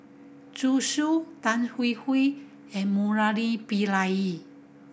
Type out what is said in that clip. Zhu Xu Tan Hwee Hwee and Murali Pillai